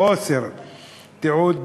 חוסר תיעוד,